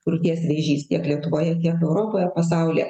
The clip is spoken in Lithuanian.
krūties vėžys tiek lietuvoje gyvenu europoje pasaulyje